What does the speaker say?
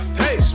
hey